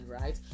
right